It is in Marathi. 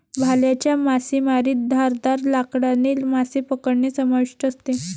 भाल्याच्या मासेमारीत धारदार लाकडाने मासे पकडणे समाविष्ट असते